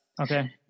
Okay